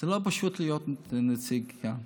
זה לא פשוט להיות נציג כאן,